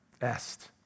Est